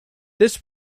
this